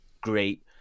great